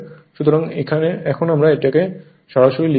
সুতরাং এখন আমরা এটা সরাসরি লিখছি